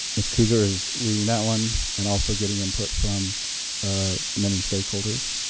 ms. is leading that one and also getting input from many stakeholders.